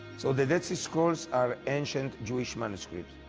so the dead sea scrolls are ancient jewish manuscripts,